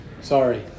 Sorry